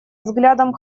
взглядам